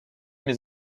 mes